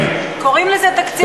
קוראים לזה תקציב,